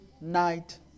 night